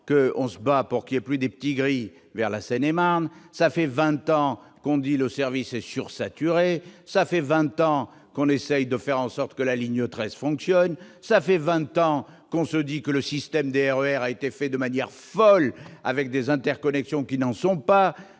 l'on se bat pour qu'il n'y ait plus de « petits gris » en Seine-et-Marne ! Cela fait vingt ans que l'on dit que le service est sursaturé ! Cela fait vingt ans que l'on essaie de faire en sorte que la ligne 13 fonctionne ! Cela fait vingt ans que l'on souligne que le système des RER a été fait de manière folle, avec des interconnexions qui n'en sont pas